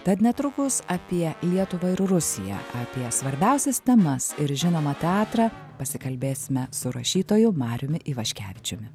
tad netrukus apie lietuvą ir rusiją apie svarbiausias temas ir žinoma teatrą pasikalbėsime su rašytoju mariumi ivaškevičiumi